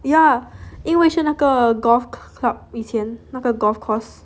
ya 因为是那个 golf club 以前那个 golf course